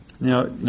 Now